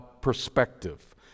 perspective